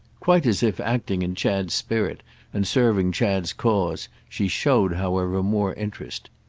quite as if acting in chad's spirit and serving chad's cause, she showed, however, more interest.